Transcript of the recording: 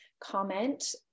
comment